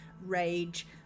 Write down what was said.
rage